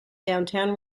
downtown